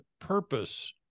purpose